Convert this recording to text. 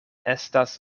estas